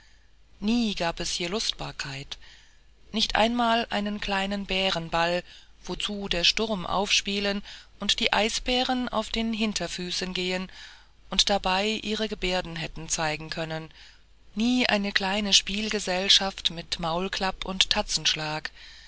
nie gab es hier lustbarkeit nicht einmal einen kleinen bärenball wozu der sturm aufspielen und die eisbären auf den hinterfüßen gehen und dabei ihre geberden hätten zeigen können nie eine kleine spielgesellschaft mit maulklapp und tatzenschlag